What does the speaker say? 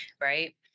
Right